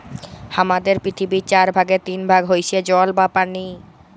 হামাদের পৃথিবীর চার ভাগের তিন ভাগ হইসে জল বা পানি